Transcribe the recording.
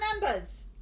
members